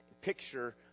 picture